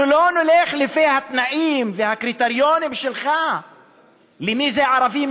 אנחנו לא נלך לפי התנאים והקריטריונים שלך למי זה ערבי,